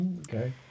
Okay